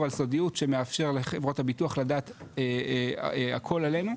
על סודיות שמאפשר לחברות הביטוח לדעת הכל עלינו,